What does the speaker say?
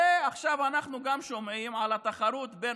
עכשיו אנחנו גם שומעים על התחרות בין